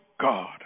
God